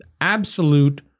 absolute